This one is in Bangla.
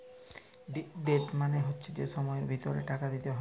ডিউ ডেট মালে হচ্যে যে সময়ের ভিতরে টাকা দিতে হ্যয়